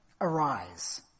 Arise